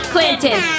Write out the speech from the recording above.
Clinton